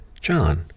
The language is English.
John